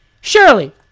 Shirley